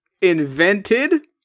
invented